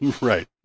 Right